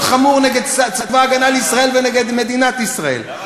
חמור נגד צבא הגנה לישראל ונגד מדינת ישראל,